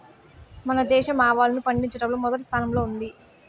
మన దేశం ఆవాలను పండిచటంలో మొదటి స్థానం లో ఉంది